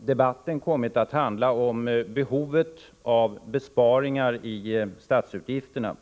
debatten kommit att handla om behovet av besparingar i statsutgifterna.